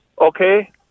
okay